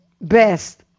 best